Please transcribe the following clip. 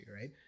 right